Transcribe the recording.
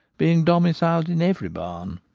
being domiciled in every barn.